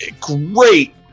great